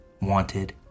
wanted